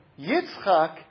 Yitzchak